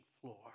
floor